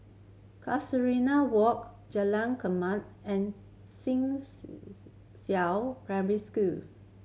Casuarina Walk Jalan and Xishan Primary School